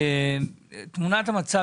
תמונת המצב